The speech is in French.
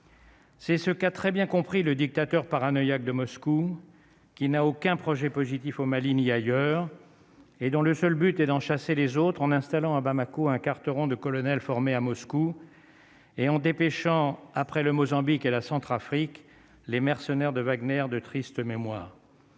C'est ce qu'a très bien compris le dictateur paranoïaque de Moscou qui n'a aucun projet positif au Mali, ni ailleurs, et dont le seul but est d'en chasser les autres en installant à Bamako un quarteron de colonels formé à Moscou. Et en dépêchant après le Mozambique et la Centrafrique, les mercenaires de Wagner, de triste mémoire.